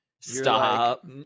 Stop